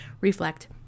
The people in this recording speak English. reflect